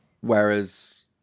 Whereas